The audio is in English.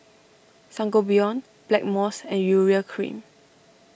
Sangobion Blackmores and Urea Cream